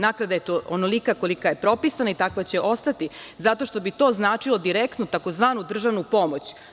Naknada je onolika kolika je propisana i takva će ostati, zato što bi to značilo direktno tzv. državnu pomoć.